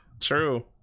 True